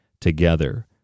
together